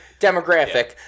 demographic